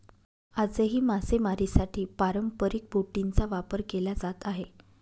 आजही मासेमारीसाठी पारंपरिक बोटींचा वापर केला जात आहे